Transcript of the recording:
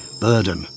burden